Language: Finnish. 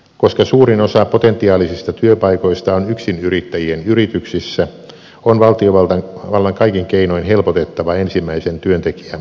koska suurin osa potentiaalisista työpaikoista on yksinyrittäjien yrityksissä on valtiovallan kaikin keinoin helpotettava ensimmäisen työntekijän palkkaamista